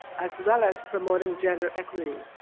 as well as promoting gender equity.